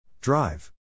Drive